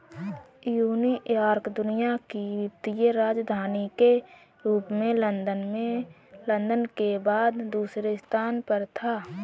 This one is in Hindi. न्यूयॉर्क दुनिया की वित्तीय राजधानी के रूप में लंदन के बाद दूसरे स्थान पर था